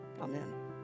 Amen